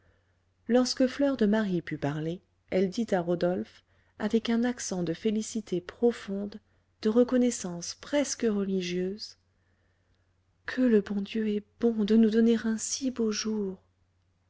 lorsque fleur de marie put parler elle dit à rodolphe avec un accent de félicité profonde de reconnaissance presque religieuse que le bon dieu est bon de nous donner un si beau jour